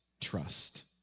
trust